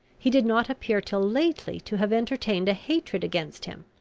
he did not appear till lately to have entertained a hatred against him.